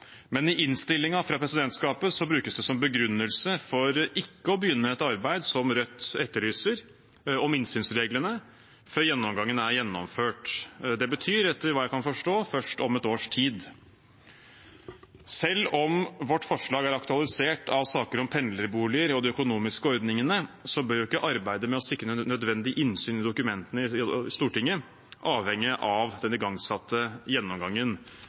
men i innstillingen fra presidentskapet brukes det som begrunnelse for ikke å begynne et arbeid som Rødt etterlyser om innsynsreglene, før gjennomgangen er gjennomført. Det betyr – etter hva jeg kan forstå – først om et års tid. Selv om vårt forslag er aktualisert av pendlerboliger og de økonomiske ordningene, bør ikke arbeidet med å sikre nødvendig innsyn i dokumentene i Stortinget avhenge av den igangsatte gjennomgangen.